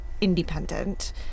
independent